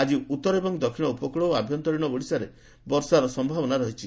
ଆଜି ଉଉର ଏବଂ ଦକ୍ଷିଣ ଉପକ୍କଳ ଓ ଆଭ୍ୟନ୍ତରୀଣ ଓଡ଼ିଶାରେ ବର୍ଷାର ସମ୍ଭାବନା ରହିଛି